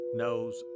knows